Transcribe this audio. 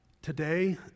Today